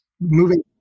moving